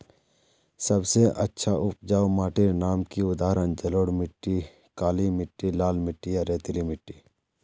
सबसे अच्छा उपजाऊ माटिर नाम की उदाहरण जलोढ़ मिट्टी, काली मिटटी, लाल मिटटी या रेतीला मिट्टी?